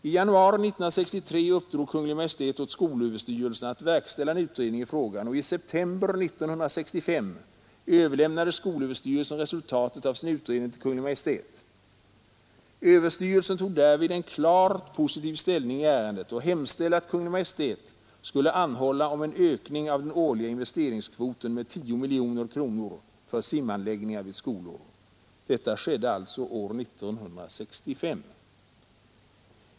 I januari 1963 uppdrog Kungl. Maj:t åt skolöverstyrelsen att verkställa en utredning i frågan, och i september 1965 överlämnade skolöverstyrelsen resultatet av sin utredning till Kungl. Maj:t. Överstyrelsen tog därvid en klart positiv ställning i ärendet och hemställde att Kungl. Maj:t skulle anhålla om en ökning av den årliga investeringskvoten med 10 miljoner kronor för simanläggningar vid skolor. Detta skedde 1965.